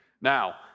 Now